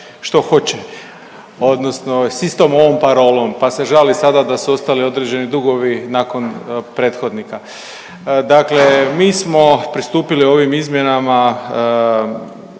što hoće. Odnosno s istom ovom parolom. Pa se žali sada da su ostali određeni dugovi nakon prethodnika. Dakle mi smo pristupili ovim izmjenama